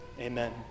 Amen